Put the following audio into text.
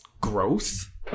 growth